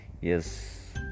Yes